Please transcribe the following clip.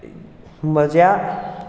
म्हज्या